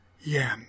Yen